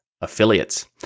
affiliates